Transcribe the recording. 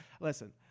Listen